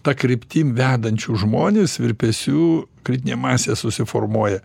ta kryptim vedančių žmones virpesių kritinė masė susiformuoja